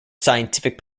scientific